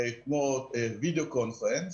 כמו וידאו קונפרנס,